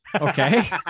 Okay